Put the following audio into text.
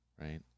right